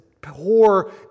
poor